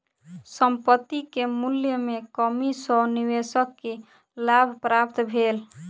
संपत्ति के मूल्य में कमी सॅ निवेशक के लाभ प्राप्त भेल